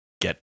get